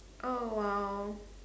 oh !wow!